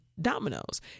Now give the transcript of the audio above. dominoes